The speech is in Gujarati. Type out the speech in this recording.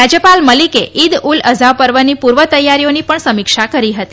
રાજયપાલ મલિકે ઈદ ઉલ અઝા પર્વની પુર્વ તૈયારીઓની પણ સમીક્ષા કરી હતી